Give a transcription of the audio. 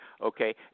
Okay